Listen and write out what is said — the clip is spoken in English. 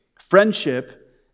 Friendship